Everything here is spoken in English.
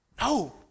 No